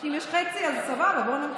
אם יש חצי, אז סבבה, בוא נמציא.